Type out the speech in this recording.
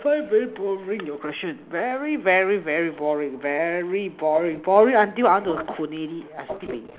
very very boring your question very very very boring very boring boring until I don't so need it actually